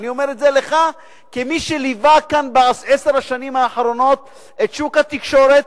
אני אומר את זה לך כמי שליווה כאן בעשר השנים האחרונות את שוק התקשורת,